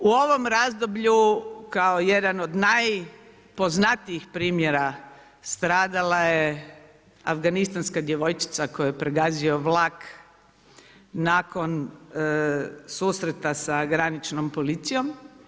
U ovom razdoblju kao jedan od najpoznatijih primjera stradala je afganistanska djevojčica koju je pregazio vlak nakon susreta sa graničnom policijom.